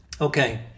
Okay